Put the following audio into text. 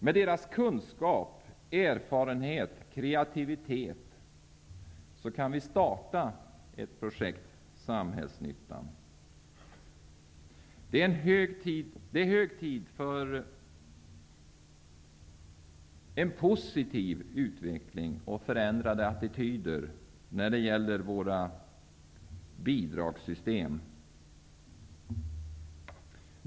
Med deras kunskap, erfarenhet och kreativitet kan vi starta ett projekt Samhällsnyttan. Det är hög tid för en positiv utveckling och förändrade attityder när det gäller våra bidragssystem.